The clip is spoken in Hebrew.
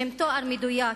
שם תואר מדויק,